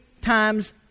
times